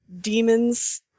demons